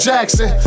Jackson